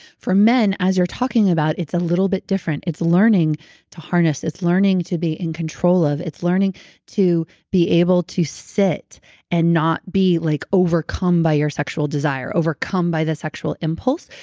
for men, as you're talking about, it's a little bit different. it's learning to harness. it's learning to be in control of. it's learning to be able to sit and not be like overcome by your sexual desire, overcome by the sexual impulse,